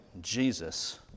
jesus